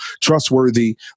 trustworthy